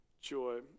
joy